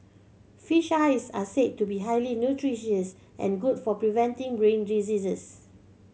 fish eyes are said to be highly nutritious and good for preventing brain diseases